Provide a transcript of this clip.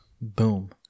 Boom